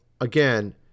again